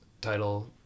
title